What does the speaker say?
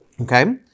okay